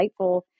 insightful